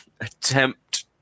attempt